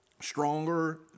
stronger